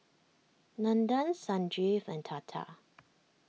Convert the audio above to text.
Nandan Sanjeev and Tata